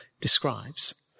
describes